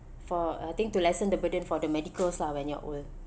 for I think to lessen the burden for the medicals lah when you're old